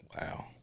wow